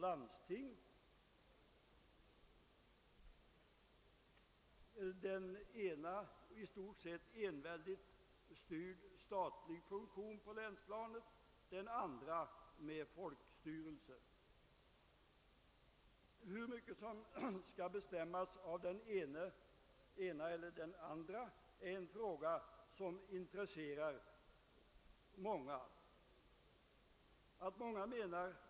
Dessa organ skall bestå av en jurist som ordförande samt lekmän. Lagstiftning om länsrättens och länsskatterättens organisation samt om förfarandet vid dessa organ förutsätts komma till stånd senare.